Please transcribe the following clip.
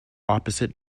opposite